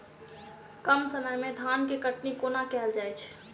कम समय मे धान केँ कटनी कोना कैल जाय छै?